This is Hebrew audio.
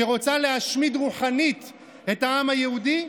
שרוצה להשמיד רוחנית את העם היהודי,